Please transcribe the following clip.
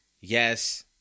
Yes